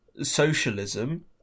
socialism